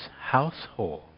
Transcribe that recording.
household